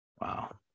Wow